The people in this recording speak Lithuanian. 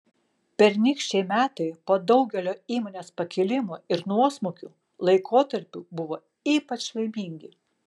pernykščiai metai po daugelio įmonės pakilimų ir nuosmukių laikotarpių buvo ypač laimingi